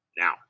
now